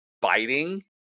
biting